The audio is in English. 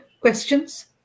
questions